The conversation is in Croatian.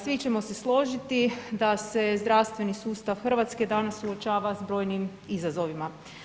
Svi ćemo se složiti da se zdravstveni sustav Hrvatske danas suočava s brojnim izazovima.